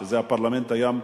שזה הפרלמנט הים-תיכוני,